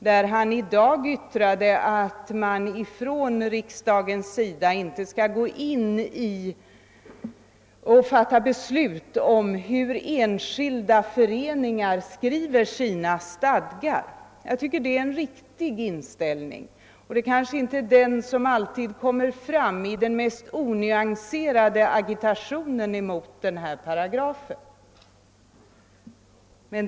Han har i dag yttrat att riksdagen inte skall fatta beslut om hur enskilda föreningar skriver sina stadgar. Jag tycker det är en riktig inställning. Det är kanske inte den som alltid kommer fram i den mest onyanserade agitationen emot denna paragraf.